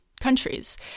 countries